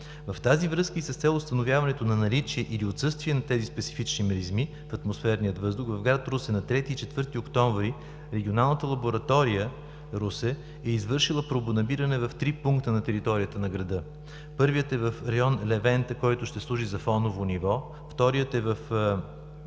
В тази връзка и с цел установяването на наличие или отсъствие на тези специфични миризми в атмосферния въздух в гр. Русе на 3 и 4 октомври Регионалната лаборатория – Русе, е извършила пробонабиране в три пункта на територията на града. Първият е в район „Левенте“, който ще служи за фоново ниво, вторият е във